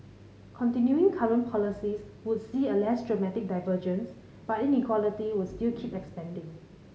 continuing current policies would see a less dramatic divergence but inequality would still keep expanding